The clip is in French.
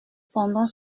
pendant